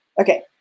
Okay